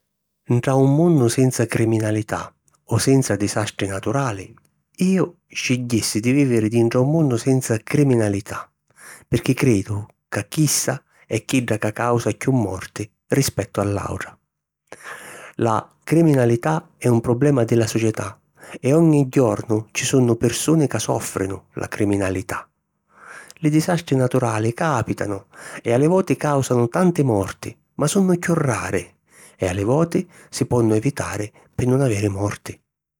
Ntra un munnu senza criminalità o senza disastri naturali, iu scigghissi di vìviri dintra un munnu senza criminalità pirchì cridu ca chissa è chidda ca causa chiù morti rispettu a l’àutra. La criminalità è un problema di la società e ogni jornu ci sunnu pirsuni ca sòffrinu la criminalità. Li disastri naturali càpitanu e a li voti càusanu tanti morti ma sunnu chiù rari e a li voti si ponnu evitari pi nun aviri morti.